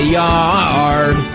yard